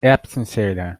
erbsenzähler